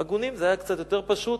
עגונים, זה היה קצת יותר פשוט,